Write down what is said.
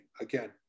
again